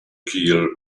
kiel